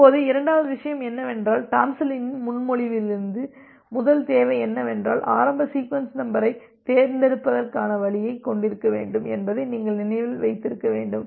இப்போது இரண்டாவது விஷயம் என்னவென்றால் டாம்லின்சனின் முன்மொழிவிலிருந்து முதல் தேவை என்னவென்றால் ஆரம்ப சீக்வென்ஸ் நம்பரைத் தேர்ந்தெடுப்பதற்கான வழியைக் கொண்டிருக்க வேண்டும் என்பதை நீங்கள் நினைவில் வைத்திருக்க வேண்டும்